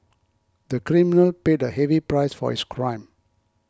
the criminal paid a heavy price for his crime